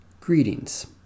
Greetings